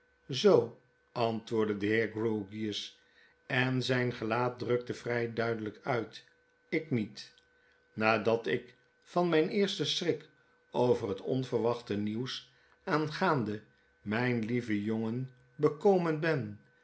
zoo antwoordde de heer grewgious en zyn gelaat drukte vry duidelflk uit jkniet nadat ik van mijn eersten schrik over dat onverwachte nieuws aangaande mynlieven jongen bekomen ben